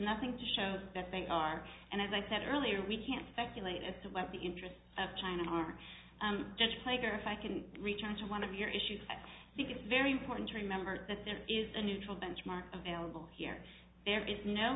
nothing to show us that they are and as i said earlier we can't speculate as to what the interests of china are just like or i can return to one of your issues i think it's very important to remember that there is a neutral benchmark available here there is no